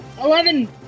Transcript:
Eleven